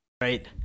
right